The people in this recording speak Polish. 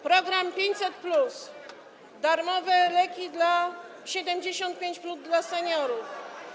Program 500+, darmowe leki 75+ dla seniorów.